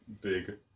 big